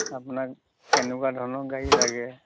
আপোনাক কেনেকুৱা ধৰণৰ গাড়ী লাগে